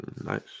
Nice